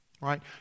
Right